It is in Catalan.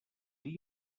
dir